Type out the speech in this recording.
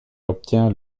obtient